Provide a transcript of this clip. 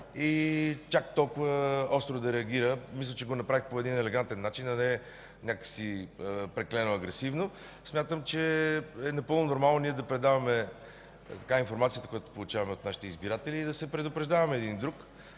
та чак толкова остро да реагираме. Мисля, че го направих по елегантен начин, а не прекалено агресивно. Смятам, че е напълно нормално да предаваме информацията, която получаваме от нашите избиратели, и да се предупреждаваме един друг.